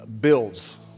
builds